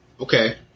Okay